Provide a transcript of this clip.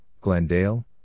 Glendale